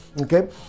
Okay